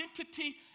identity